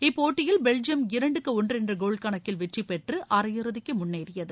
இப்போட்டியில் பெல்ஜியம் இரண்டுக்கு ஒன்று என்ற கோல் கணக்கில் வெற்றி பெற்று அரையிறுதிக்கு முன்னேறியது